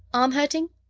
arm hurting?